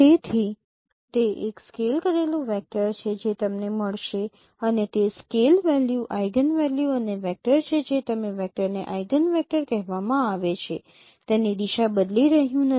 તેથી તે એક સ્કેલ કરેલું વેક્ટર છે જે તમને મળશે અને તે સ્કેલ વેલ્યુ આઇગનવેલ્યુ અને વેક્ટર છે જે વેક્ટરને આઇગનવેક્ટર કહેવામાં આવે છે તેની દિશા બદલી રહ્યું નથી